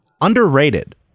underrated